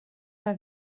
una